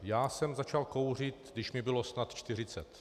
Já jsem začal kouřit, když mi bylo snad 40.